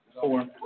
Four